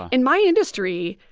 in my industry,